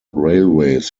railways